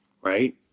Right